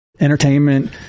entertainment